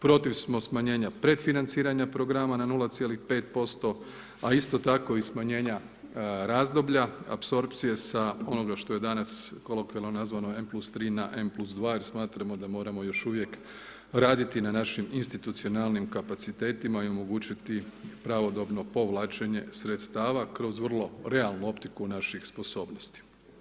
Protiv smo smanjenja pretfinanciranja programa na 0,5%, a isto tako i smanjenja razdoblja apsorpcije sa onoga što je danas kolokvijalno nazvano M+3 na M+2 jer smatramo da moramo još uvijek raditi na našim institucionalnim kapacitetima i omogućiti pravodobno povlačenje sredstava kroz vrlo realnu optiku naših sposobnosti.